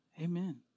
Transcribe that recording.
amen